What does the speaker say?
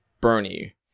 Bernie